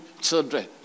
children